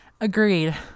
Agreed